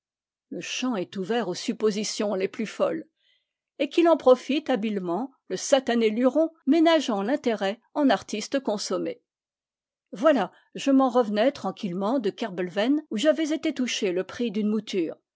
le champ est ouvert aux suppositions les plus folles et qu'il en profite habilement le satané luron ménageant l'intérêt en artiste consommé voilà je m'en revenais tranquillement de kerbeulvenn où j'avais été toucher le prix d'une mouture